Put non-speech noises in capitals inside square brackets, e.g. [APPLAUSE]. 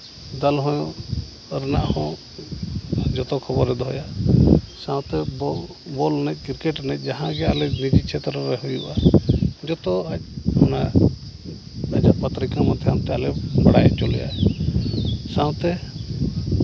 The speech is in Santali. ᱫᱚᱞ ᱦᱚᱸ ᱨᱮᱱᱟᱜ ᱦᱚᱸ ᱡᱚᱛᱚ ᱠᱷᱚᱵᱚᱨᱮ ᱫᱚᱦᱚᱭᱟ ᱥᱟᱶᱛᱮ ᱵᱚᱞ ᱮᱱᱮᱡ ᱠᱨᱤᱠᱮᱹᱴ ᱮᱱᱮᱡ ᱡᱟᱦᱟᱸ ᱜᱮ ᱟᱞᱮ [UNINTELLIGIBLE] ᱦᱩᱭᱩᱜᱼᱟ ᱡᱚᱛᱚ ᱚᱱᱟ ᱯᱚᱛᱛᱨᱤᱠᱟ ᱢᱟᱫᱽᱫᱷᱚᱢ ᱛᱮ ᱟᱞᱮ ᱵᱟᱲᱟᱭ ᱦᱚᱪᱚ ᱞᱮᱭᱟᱭ ᱥᱟᱶᱛᱮ